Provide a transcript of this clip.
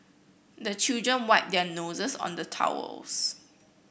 the children wipe their noses on the towels